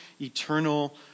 eternal